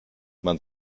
man